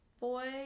boy